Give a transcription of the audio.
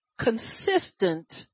consistent